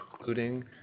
including